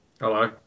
Hello